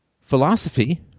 philosophy